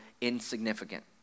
insignificant